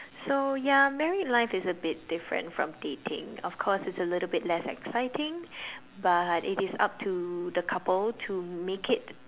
so ya married life is a bit different from dating of course it's a little bit less exciting but it is up to the couple to make it